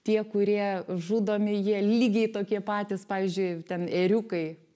tie kurie žudomi jie lygiai tokie patys pavyzdžiui ten ėriukai